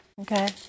Okay